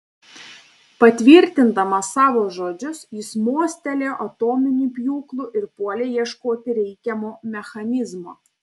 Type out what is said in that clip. patvirtindamas savo žodžius jis mostelėjo atominiu pjūklu ir puolė ieškoti reikiamo mechanizmo